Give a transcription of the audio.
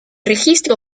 registro